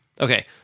Okay